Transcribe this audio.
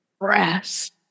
Rest